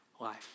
life